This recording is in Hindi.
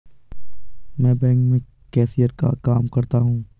मैं बैंक में कैशियर का काम करता हूं